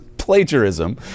plagiarism